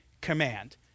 command